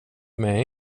med